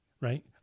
right